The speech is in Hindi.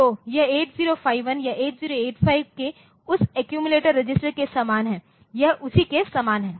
तो यह 8051 या 8085 के उस अक्युमुलेटर रजिस्टर के समान है यह उसी के समान है